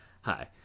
hi